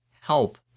help